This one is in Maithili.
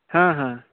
हाँ हाँ